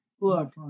Look